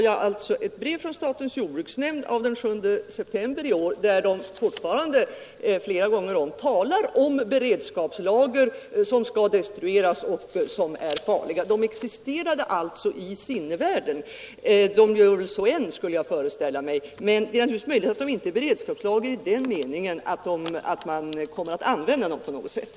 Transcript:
Jag har ett brev från statens jordbruksnämnd av den 7 september i år, där man flera gånger talar om beredskapslager som är farliga och som skall destrueras. De existerade alltså i sinnevärlden den 7 september i år, och de gör än, skulle jag föreställa mig. Men det är naturligtvis möjligt att de inte är beredskapslager i den meningen att man kommer att använda dem på något sätt.